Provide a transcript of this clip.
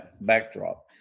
backdrop